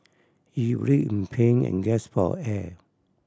he writhed in pain and gasped for air